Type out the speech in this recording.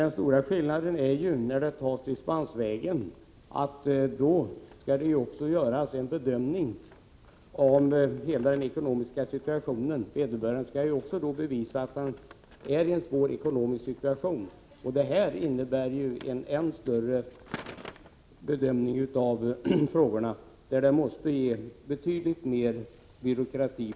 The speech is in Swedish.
Den stora skillnaden när man går dispensvägen är att det då också skall göras en bedömning av hela den ekonomiska situationen för vederbörande, som också skall bevisa att han är i ett svårt ekonomiskt läge. Det här innebär en än mer omfattande bedömning av frågorna. Det måste föra med sig betydligt mer av byråkrati.